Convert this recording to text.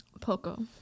poco